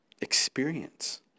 experience